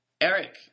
Eric